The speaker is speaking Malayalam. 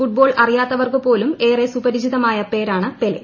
ഫുട്ബോൾ അറിയാത്തവർക്ക് പോലും ഏറെ സുപരിചിതമായ പേരാണ് പെലെ